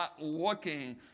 looking